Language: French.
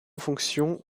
fonction